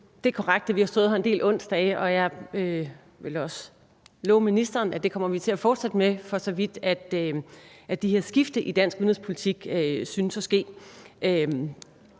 Det er korrekt, at vi har stået her en del onsdage, og jeg vil også love ministeren, at det kommer vi til at fortsætte med, for så vidt at de her skifter i dansk udenrigspolitik synes at ske